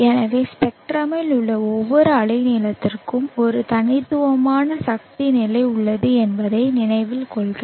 எனவே ஸ்பெக்ட்ரமில் உள்ள ஒவ்வொரு அலைநீளத்திற்கும் ஒரு தனித்துவமான சக்தி நிலை உள்ளது என்பதை நினைவில் கொள்க